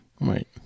right